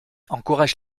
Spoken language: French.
encourage